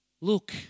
Look